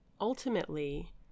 ultimately